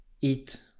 eat